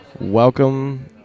Welcome